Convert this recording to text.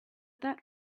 that